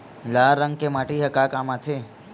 लाल रंग के माटी ह का काम आथे?